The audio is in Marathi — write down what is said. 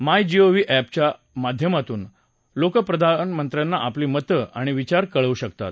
माय जिओव्ही अप्रिया माध्यमातून लोक प्रधानमंत्र्यांना आपली मतं आणि विचार कळवू शकतात